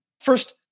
first